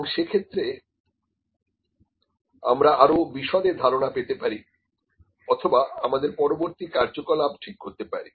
এবং সেক্ষেত্রে আমরা আরো বিশদে ধারণা পেতে পারি অথবা আমাদের পরবর্তী কার্যকলাপ ঠিক করতে পারি